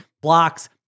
blocks